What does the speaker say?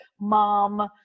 mom-